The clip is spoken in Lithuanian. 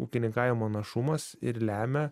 ūkininkavimo našumas ir lemia